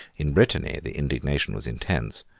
in brittany, the indignation was intense.